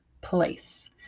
place